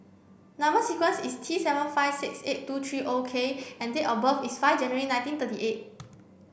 number sequence is T seven five six eight two three O K and date of birth is five January nineteen thirty eight